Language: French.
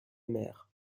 mer